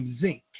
zinc